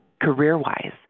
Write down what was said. career-wise